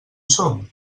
som